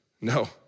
No